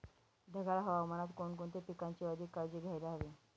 ढगाळ हवामानात कोणकोणत्या पिकांची अधिक काळजी घ्यायला हवी?